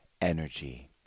energy